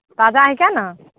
ताजा हिकै ने